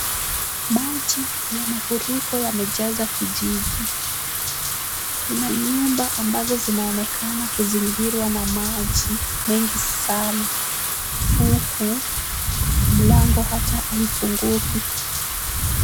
Maji ya mafuriko yamejaza kijiji, kuna nyumba ambazo zinaonekana kuzingirwa na maji mengi sana, huku mlango hata haifunguki.